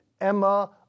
Emma